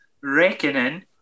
Reckoning